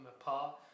apart